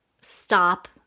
stop